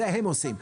זה הם עושים.